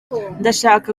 ndashaka